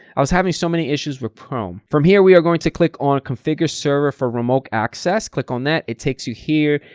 i was having so many issues with chrome, from here we are going to click on configure server for remote access click on that, it takes you here,